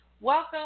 Welcome